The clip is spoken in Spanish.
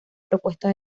propuesta